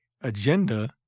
agenda